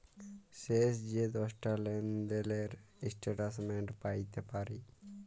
শেষ যে দশটা লেলদেলের ইস্ট্যাটমেল্ট প্যাইতে পারি